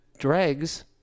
Dregs